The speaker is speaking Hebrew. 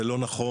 זה לא נכון,